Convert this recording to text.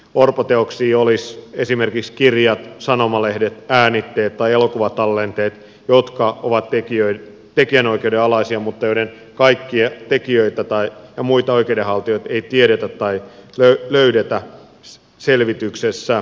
orpoteoksia olisivat esimerkiksi kirjat sanomalehdet äänitteet tai elokuvatallenteet jotka ovat tekijänoikeuden alaisia mutta joiden kaikkia tekijöitä tai muita oikeudenhaltijoita ei tiedetä tai löydetä selvityksessä